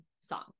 song